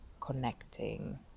connecting